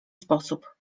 sposób